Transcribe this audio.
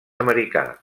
americà